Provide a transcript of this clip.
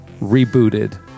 rebooted